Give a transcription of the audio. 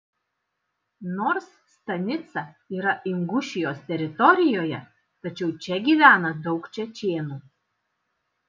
nors stanica yra ingušijos teritorijoje tačiau čia gyvena daug čečėnų